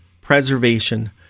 preservation